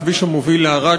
הכביש המוביל לערד,